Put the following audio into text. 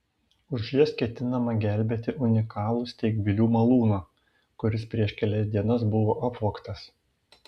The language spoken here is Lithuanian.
už jas ketinama gelbėti unikalų steigvilių malūną kuris prieš kelias dienas buvo apvogtas